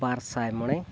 ᱵᱟᱨᱥᱟᱭ ᱢᱚᱬᱮ